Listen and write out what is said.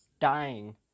dying